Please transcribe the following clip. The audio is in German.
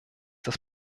das